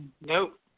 Nope